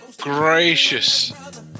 gracious